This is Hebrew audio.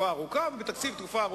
לי.